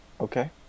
Okay